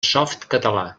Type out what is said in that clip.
softcatalà